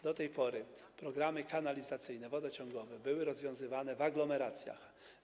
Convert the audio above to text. Do tej pory programy kanalizacyjne, wodociągowe były rozwiązywane w aglomeracjach.